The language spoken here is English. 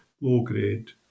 low-grade